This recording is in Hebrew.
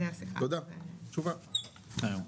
רבה.